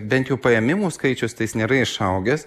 bent jau paėmimų skaičius tai jis nėra išaugęs